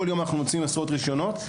כל יום אנחנו מוציאים עשרות רישיונות,